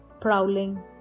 prowling